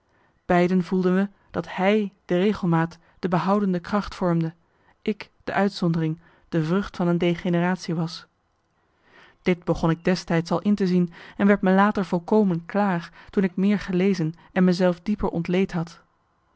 beiden voelden we dat hij de regelmaat de behoudende kracht vormde ik de uitzondering de vrucht van een degeneratie was dit begon ik destijds al in te zien en werd me later volkomen klaar toen ik meer gelezen en me zelf dieper ontleed had